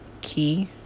key